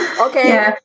okay